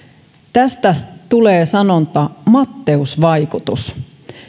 tästä tulee sanonta matteus vaikutus